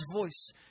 voice